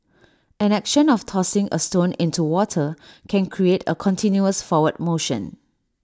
an action of tossing A stone into water can create A continuous forward motion